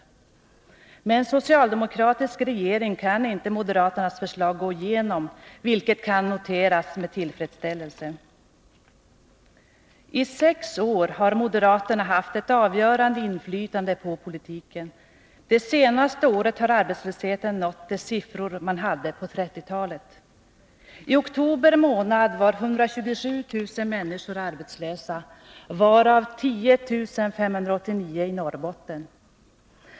Men med en socialdemokratisk regering kan inte moderaternas förslag gå igenom, vilket kan noteras med tillfredsställelse. I sex år har moderaterna haft ett avgörande inflytande på politiken. Det senaste året har arbetslösheten nått de siffror som noterades på 1930-talet. I oktober månad var 127 000 människor arbetslösa, varav 10 589 i Norrbotten.